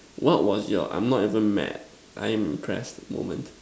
what was your I'm not even mad I'm impressed moment